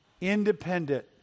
independent